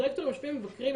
דירקטוריונים יושבים ומבקרים,